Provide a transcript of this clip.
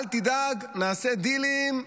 אל תדאג, נעשה דילים,